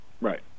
Right